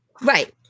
right